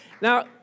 Now